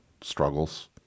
struggles